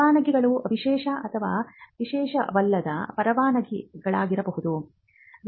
ಪರವಾನಗಿಗಳು ವಿಶೇಷ ಅಥವಾ ವಿಶೇಷವಲ್ಲದ ಪರವಾನಗಿಗಳಾಗಿರಬಹುದು